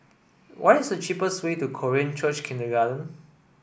what is the cheapest way to Korean Church Kindergarten